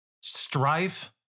strife